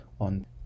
on